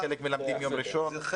אותו.